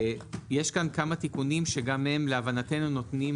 יש כאן כמה תיקונים שגם הם להבנתנו נותנים